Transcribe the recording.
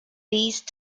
these